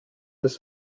des